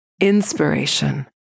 inspiration